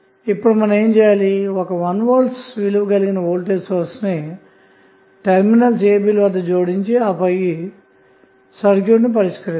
ఇప్పుడు మనం ఏమి చేయాలి ఒక 1 V విలువ కలిగిన వోల్టేజ్ సోర్స్ ని టెర్మినల్స్ ab ల వద్ద జోడించి ఆపై సర్క్యూట్ను పరిష్కరిద్దాము